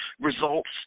results